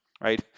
right